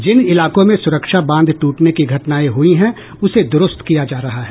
जिन इलाकों में सुरक्षा बांध टूटने की घटनाएं हुई है उसे दुरूस्त किया जा रहा है